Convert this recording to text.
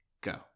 go